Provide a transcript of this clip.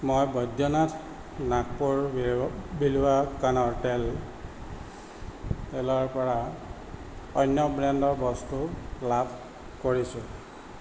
মই বৈদ্যনাথ নাগপুৰ বিলৱা কাণৰ তেল তেলৰ পৰা অন্য ব্ৰেণ্ডৰ বস্তু লাভ কৰিছোঁ